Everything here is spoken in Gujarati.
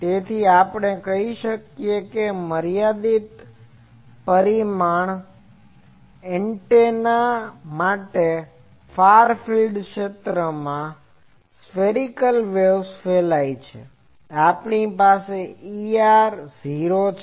તેથી આપણે કહી શકીએ કે મર્યાદિત પરિમાણ એન્ટેના માટે ફાર ફીલ્ડ ક્ષેત્રમાં સ્ફેરીકલ વેવ્સ ફેલાય છે આપણી પાસે Er 0 છે